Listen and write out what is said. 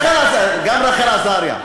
גם רחל עזריה,